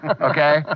okay